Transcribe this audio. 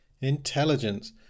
intelligence